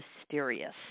mysterious